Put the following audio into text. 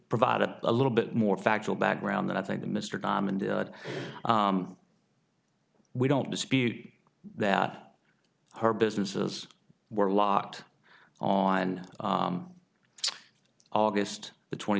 provided a little bit more factual background that i think the mr diamond we don't dispute that her businesses were locked on august the twenty